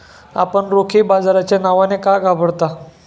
आपण रोखे बाजाराच्या नावाने का घाबरता?